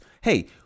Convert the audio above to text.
hey